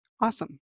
Awesome